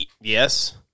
Yes